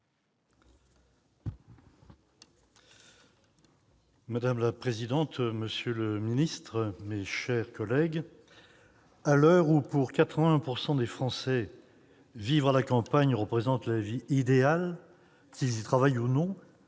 Madame la présidente, monsieur le ministre, mes chers collègues, à l'heure où, pour 81 % des Français, vivre à la campagne représente la vie idéale, qu'ils y travaillent ou non,